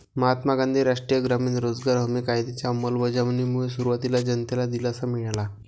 महात्मा गांधी राष्ट्रीय ग्रामीण रोजगार हमी कायद्याच्या अंमलबजावणीमुळे सुरुवातीला जनतेला दिलासा मिळाला